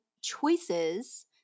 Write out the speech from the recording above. choices